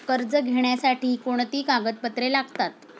कर्ज घेण्यासाठी कोणती कागदपत्रे लागतात?